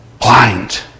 Blind